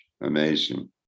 Amazing